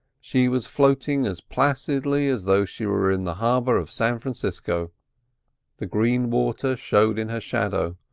she was floating as placidly as though she were in the harbour of san francisco the green water showed in her shadow,